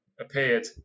appeared